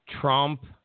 Trump